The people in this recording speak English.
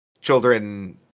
children